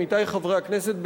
עמיתי חברי הכנסת,